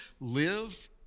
live